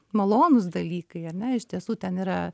malonūs dalykai ar ne iš tiesų ten yra